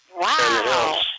Wow